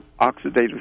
oxidative